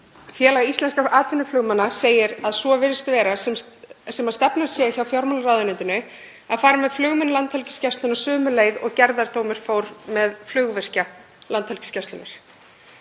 Félag íslenskra atvinnuflugmanna segir að svo virðist vera sem stefnan hjá fjármálaráðuneytinu sé að fara með flugmenn Landhelgisgæslunnar sömu leið og gerðardómur fór með flugvirkja Landhelgisgæslunnar.